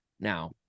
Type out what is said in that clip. Now